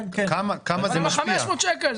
אבל ה-500 שקל,